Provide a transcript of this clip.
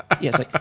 Yes